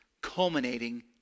culminating